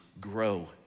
Grow